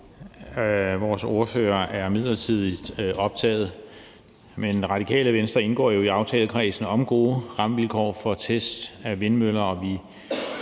vores ordfører er midlertidigt optaget. Radikale Venstre indgår jo i aftalekredsen om gode rammevilkår for test af vindmøller,